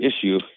issue